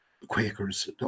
quakers